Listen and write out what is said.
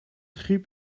griep